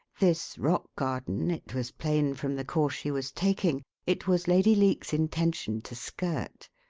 this rock garden, it was plain from the course she was taking, it was lady leake's intention to skirt,